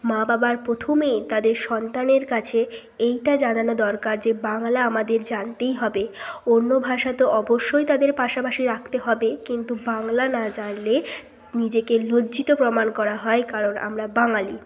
মা বাবার প্রথমেই তাদের সন্তানের কাছে এইটা জানানো দরকার যে বাংলা আমাদের জানতেই হবে অন্য ভাষা তো অবশ্যই তাদের পাশাপাশি রাখতে হবে কিন্তু বাংলা না জানলে নিজেকে লজ্জিত প্রমান করা হয় কারণ আমরা বাঙালি